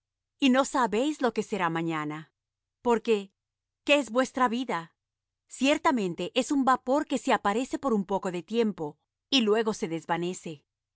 y no sabéis lo que será mañana porque qué es vuestra vida ciertamente es un vapor que se aparece por un poco de tiempo y luego se desvanece